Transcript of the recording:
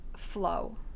flow